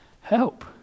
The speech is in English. help